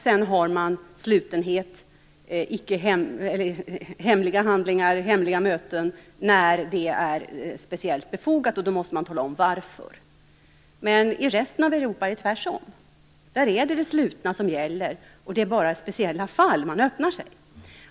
Man har slutenhet, hemliga handlingar och möten bara när det är speciellt befogat, och då måste man tala om varför. Men i resten av Europa är det tvärtom. Där är det slutenheten som gäller, och det är bara i speciella fall man öppnar sig.